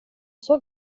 såg